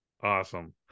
Awesome